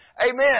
Amen